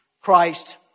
Christ